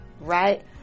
Right